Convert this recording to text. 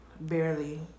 Barely